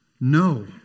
No